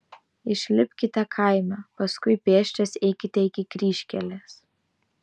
išlipkite kaime paskui pėsčias eikite iki kryžkelės